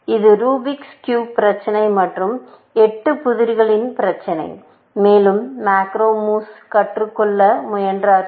இது Rubik's cube பிரச்சினை மற்றும் எட்டு புதிர்கள் பிரச்சினை மேலும் மேக்ரோ மூவ்ஸ் கற்றுக் கொள்ள முயன்றனர்